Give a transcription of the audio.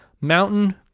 mountain